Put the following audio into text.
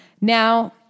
Now